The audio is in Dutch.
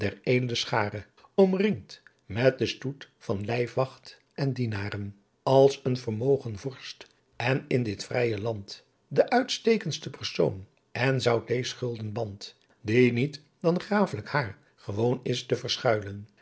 schaaren omringelt met den stoet van lijfwacht en dienaren als een vermoogen vorst en in dit vrije landt d'uitsteekendste persoon en zoud deez gulden bandt die niet dan graaflyk hair gewoon is te verschuilen